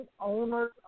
Owners